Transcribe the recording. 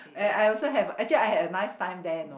eh I also have actually I have a nice time there you know